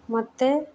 ମୋତେ